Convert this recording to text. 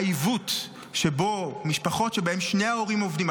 העיוות שבו משפחות שבהן שני ההורים עובדים,